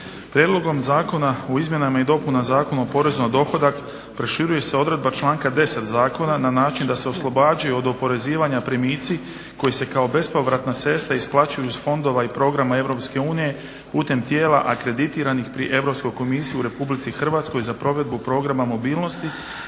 Prijedlogom zakona o izmjenama i dopunama Zakona o porezu na dohodak proširuje se odredba članka 10. Zakona na način da se oslobađaju od oporezivanja primici koji se kao bespovratna sredstva isplaćuju iz fondova i programa Europske unije putem tijela akreditiranih pri Europskoj komisiji u Republici Hrvatskoj za provedbu programa mobilnosti